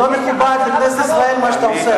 זה לא מכובד לכנסת ישראל מה שאתה עושה.